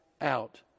out